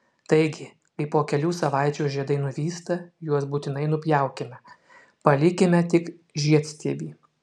taigi kai po kelių savaičių žiedai nuvysta juos būtinai nupjaukime palikime tik žiedstiebį